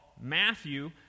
Matthew